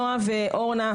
נועה ואורנה,